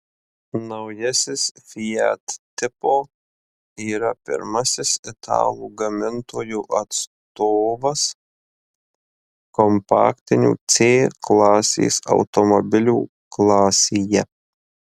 naujasis fiat tipo yra pirmasis italų gamintojo atstovas kompaktinių c klasės automobilių klasėje